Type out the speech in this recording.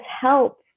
help